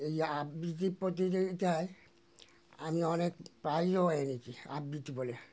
এই আবৃত্তির প্রতিযোগিতায় আমি অনেক প্রাইজও এনেছি আবৃত্তি বলে